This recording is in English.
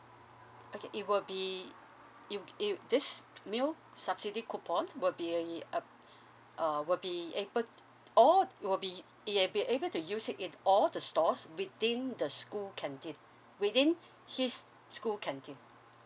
okay it will be it it this meal subsidy coupon will be uh err will be able all will be it will be able to use it in all the stores within the school canteen within his school canteen